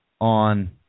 on